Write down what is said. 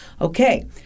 Okay